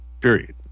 period